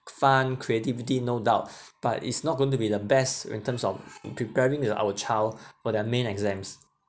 fun creativity no doubt but it's not going to be the best in terms of preparing the our child for their main exams